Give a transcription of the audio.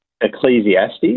Ecclesiastes